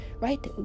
right